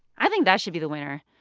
i think that should be the winner.